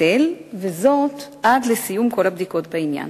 הטיל מס על ייבוא הברזל בשיעור של כ-550 ש"ח לטון ברזל.